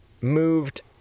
moved